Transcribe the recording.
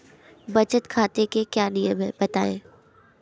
बचत खाते के क्या नियम हैं बताएँ?